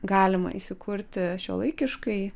galima įsikurti šiuolaikiškai